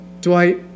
Dwight